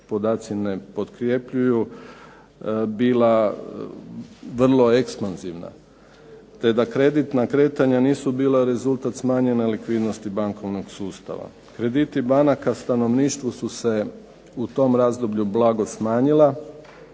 podaci ne potkrepljuju, bila vrlo ekspanzivna te da kreditna kretanja nisu bila rezultat smanjene likvidnosti bankovnog sustava. Krediti banaka stanovništvu su se u tom razdoblju blago smanjila,